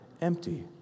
empty